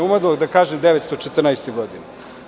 Umalo da kažem iz 1914. godine.